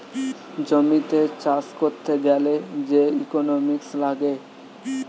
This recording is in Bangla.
জমিতে চাষ করতে গ্যালে যে ইকোনোমিক্স লাগে